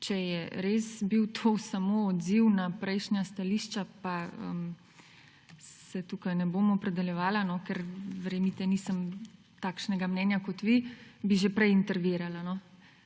če je res bil to samo odziv na prejšnja stališča, pa se tukaj ne bom opredeljevala, ker verjemite, nisem takšnega mnenja kot vi, bi že prej intervenirala.